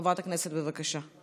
חברת הכנסת, בבקשה.